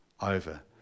over